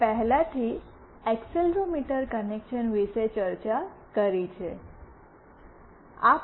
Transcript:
મેં પહેલાથી accelerometer connection વિશે ચર્ચા કરી છે